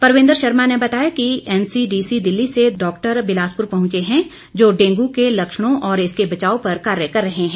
परविन्द्र शर्मा ने बताया कि एनसीडीसी दिल्ली से दो डॉक्टर बिलासपुर पहुंचे हैं जो डेंगू के लक्षणों और इसके बचाव पर कार्य कर रहे हैं